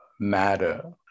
matter